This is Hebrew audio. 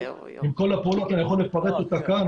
עם כל הפעולות אני יכול לפרט אותה כאן,